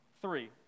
Three